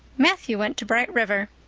matthew went to bright river.